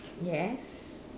yes